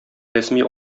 рәсми